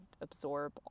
absorb